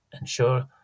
ensure